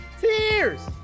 tears